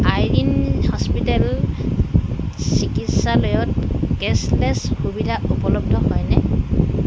Irene hospital চিকিৎসালয়ত cashless সুবিধা উপলব্ধ হয়নে